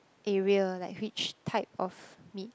area like which type of meat